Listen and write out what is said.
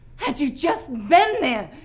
had you just been there!